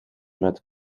met